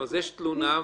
יש תלונה.